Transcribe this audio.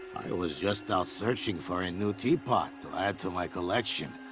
was just out searching for a new teapot to add to my collection.